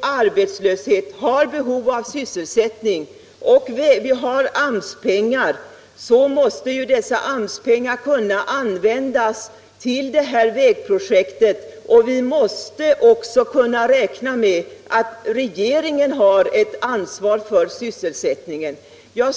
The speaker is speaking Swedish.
arbetslöshet och behov av sysselsättning och vi har AMS-pengar, så måste ju dessa AMS pengar kunna användas till detta vägprojekt. Vi måste också kunna räkna med att regeringen har ett ansvar för sysselsättningen.